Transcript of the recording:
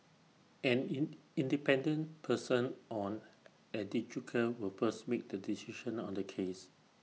an in independent person on adjudicator will first make the decision on the case